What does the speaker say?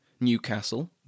Newcastle